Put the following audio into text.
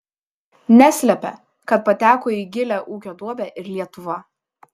neslepia kad pateko į gilią ūkio duobę ir lietuva